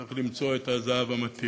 צריך למצוא את הזהב המתאים.